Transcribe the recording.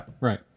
Right